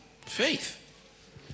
faith